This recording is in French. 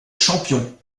champion